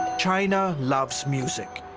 china loves music.